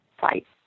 site